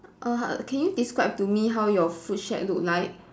err can you describe to me how you food shack look like